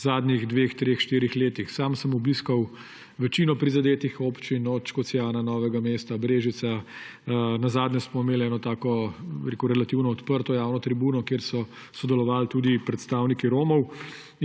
zadnjih dveh, treh, štirih letih. Sam sem obiskal večino prizadetih občin, od Škocjana, Novega mesta, Brežice. Nazadnje smo imel eno relativno odprto javno tribuno, kjer so sodeloval tudi predstavniki Romov,